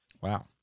Wow